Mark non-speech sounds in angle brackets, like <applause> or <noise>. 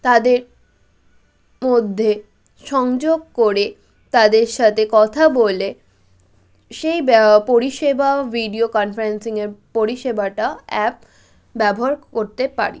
তাদের মধ্যে সংযোগ করে তাদের সাথে কথা বলে সেই <unintelligible> পরিষেবা ভিডিও কানফারেন্সিংয়ের পরিষেবাটা অ্যাপ ব্যবহার করতে পারি